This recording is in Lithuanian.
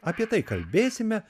apie tai kalbėsime